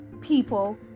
people